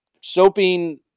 soaping